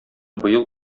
быел